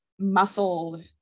Muscled